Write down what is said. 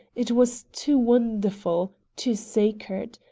it was too wonderful, too sacred.